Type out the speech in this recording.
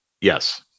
Yes